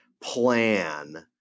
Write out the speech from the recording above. plan